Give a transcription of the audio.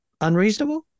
unreasonable